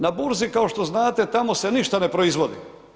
Na burzi, kao što znate, tamo se ništa ne proizvodi.